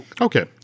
Okay